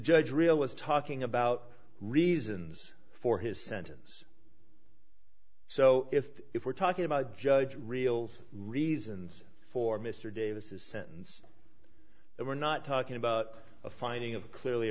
judge real was talking about reasons for his sentence so if if we're talking about judge real reasons for mr davis's sentence we're not talking about a finding of clearly